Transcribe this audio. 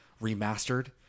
Remastered